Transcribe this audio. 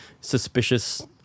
Suspicious